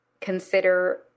consider